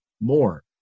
more